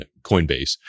coinbase